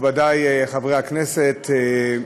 מכובדי חברי הכנסת,